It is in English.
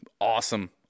awesome